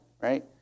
Right